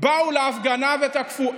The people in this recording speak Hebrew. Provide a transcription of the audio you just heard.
באו להפגנה ותקפו.